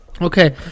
Okay